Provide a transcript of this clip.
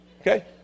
Okay